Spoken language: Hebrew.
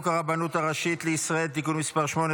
הרבנות הראשית לישראל (תיקון מס' 8),